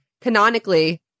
canonically